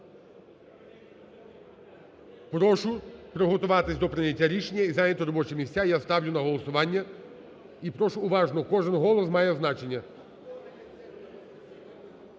Прошу приготуватися до прийняття рішення і зайняти робочі місця. Я ставлю на голосувати і прошу уважно, кожен голос має значення.